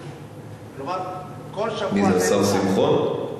מי זה, השר שמחון?